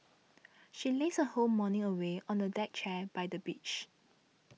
she lazed her whole morning away on a deck chair by the beach